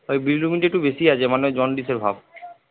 ওই বিলিরুবিনটা একটু বেশি আছে মানে জন্ডিসের ভাব